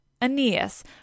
Aeneas